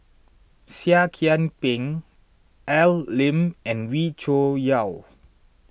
Seah Kian Peng Al Lim and Wee Cho Yaw